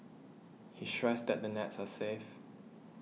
he stressed that the nets are safe